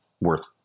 worth